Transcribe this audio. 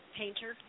painter